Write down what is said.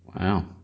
Wow